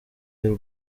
y’u